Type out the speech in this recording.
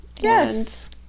Yes